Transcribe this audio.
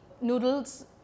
noodles